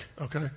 okay